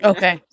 Okay